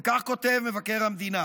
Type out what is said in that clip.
וכך כותב מבקר המדינה: